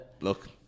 look